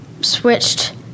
switched